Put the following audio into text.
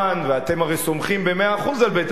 ואתם הרי סומכים במאה אחוז על בית-המשפט,